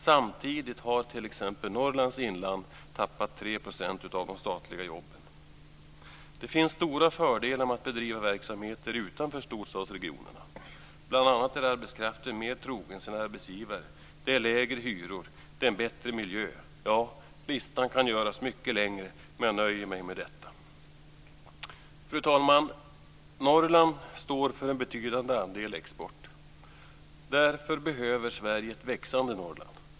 Samtidigt har t.ex. Norrlands inland tappat 3 % av de statliga jobben. Det finns stora fördelar med att bedriva verksamheter utanför storstadsregionerna. Bl.a. är arbetskraften mer trogen sin arbetsgivare, det är lägre hyror och bättre miljön. Ja, listan kan göras mycket längre, men jag nöjer mig med detta. Fru talman! Norrland står för en betydande andel export. Därför behöver Sverige ett växande Norrland.